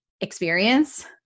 experience